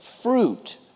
fruit